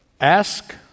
Ask